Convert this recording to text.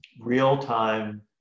real-time